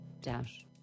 Dash